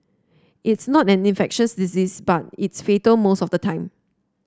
it's not an infectious disease but it's fatal most of the time